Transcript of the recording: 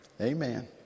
Amen